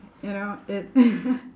you know it